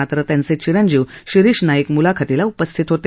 मात्र त्यांचे चिंरजीव शिरीष नाईक म्लाखतीला उपस्थित होते